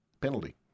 penalty